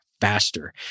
faster